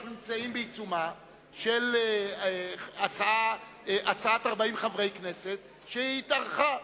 אנחנו נמצאים בעיצומה של הצעת 40 חברי הכנסת שהתארכה.